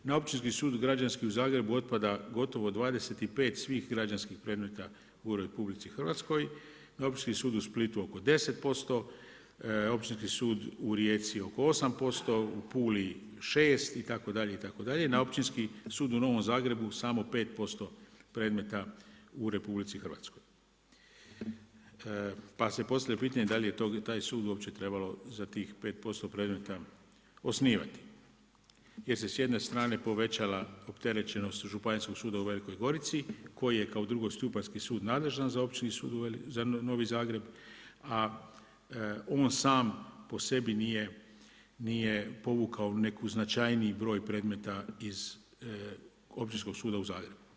Na Općinski građanski sud otpada gotovo 25 svih građanskih predmeta u RH, na Općinski sud u Split oko 10, Općinski sud u Rijeci oko 8%, u Puli 6, itd., itd., na Općinski sud u Novom Zagrebu samo 5% predmeta u RH, pa se postavlja pitanje da li je taj sud uopće trebalo za tih 5% predmeta osnivati jer se s jedne strane povećala opterećenost Županijskog suda u Velikoj Gorici koji je kao drugostupanjski sud nadležan za Općinski sud u Novom Zagrebu a on sam po sebi nije povukao neki značajniji broj predmeta iz Općinskog suda u Zagrebu.